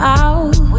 out